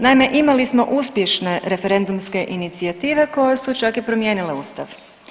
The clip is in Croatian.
Naime, imali smo uspješne referendumske inicijative koje su čak i promijenile Ustav.